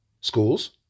schools